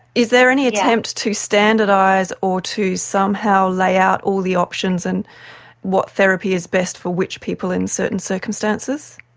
is there any attempt to standardise or to somehow lay out all the options and what therapy is best for which people in certain circumstances?